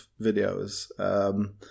videos